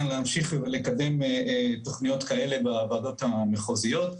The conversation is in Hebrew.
להמשיך לקדם תוכניות כאלה בוועדות המחוזיות.